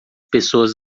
pessoas